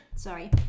Sorry